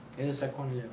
எது:ethu sec one lah